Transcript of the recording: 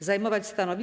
zajmować stanowiska.